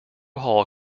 hall